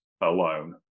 alone